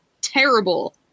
terrible